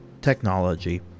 technology